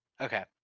Okay